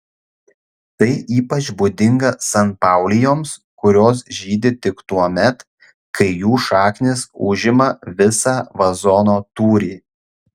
tai ypač būdinga sanpaulijoms kurios žydi tik tuomet kai jų šaknys užima visą vazono tūrį